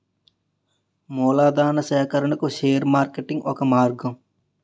మూలధనా సేకరణకు share marketing ఒక మార్గం